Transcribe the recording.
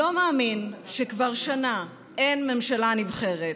לא מאמין שכבר שנה אין ממשלה נבחרת,